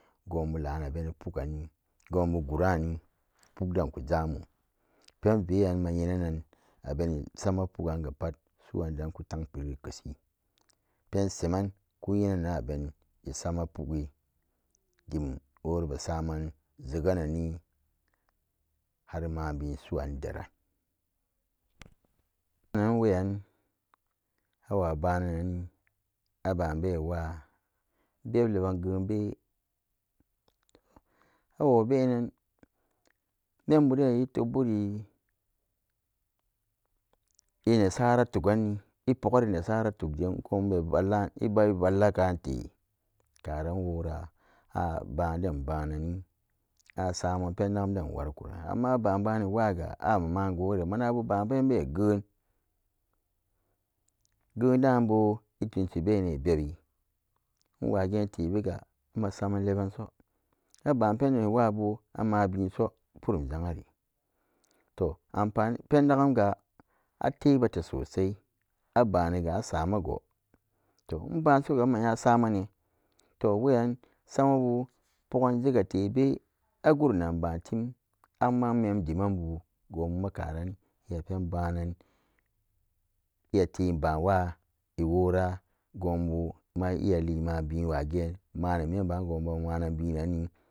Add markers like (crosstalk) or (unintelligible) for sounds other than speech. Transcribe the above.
Gonbu lanabeni puk ganni gunbu go ran puk dem ko zamu penveran man nyenan abeni sama puk gan ga suwan deran koten peri ikeshi pensemen konyenene na bene sama pukci dem wora abesaman zeganni har mubin suran deran penon wa ban nan anne ababewa beb leban gen be awobenan membu bedan itep buri inerbara tok ganni ipukgare nesara dem gunbu ibavallan kan te karan. wora aban den bannan asamam pen lan den wari koran amma aba bunni wa ga amuma gore manabu ban bene gen gendan bo ilon shibene bebe awo a gen tebega asaman lebanso inbun penden wabo amaben so purum zan nyari to amfani peleban ga libe teso sai abaniga asamago to nmban so mma nya samanne towe yan samabu pukgan suban tebe ana bantim amman deman bu avatem baran kuma imalige wage anememba gubu a gebu (unintelligible)